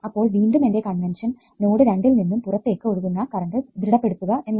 അപ്പോൾ വീണ്ടും എന്റെ കൺവെൻഷൻ നോഡ് രണ്ടിൽ നിന്നും പുറത്തേക്ക് ഒഴുകുന്ന കറണ്ട് ദൃഢപ്പെടുത്തുക എന്നാണ്